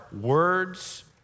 words